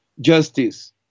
justice